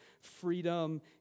freedom